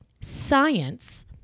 science